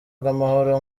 bw’amahoro